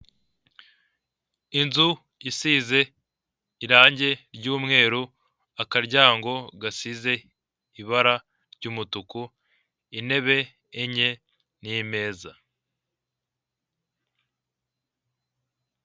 Inzu isize irangi ry'umweru, akaryango gasize ibara ry'umutuku, intebe enye n'imeza.